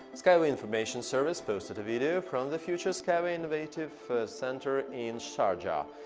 skyway information service posted a video from the future skyway innovation centre in sharjah,